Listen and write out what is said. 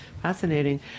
Fascinating